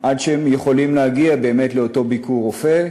עד שהם יכולים להגיע באמת לאותו "ביקורופא"